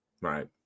right